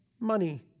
money